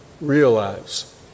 realize